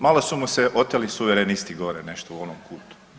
Malo su mu se oteli suverenisti gore nešto u onom kutu.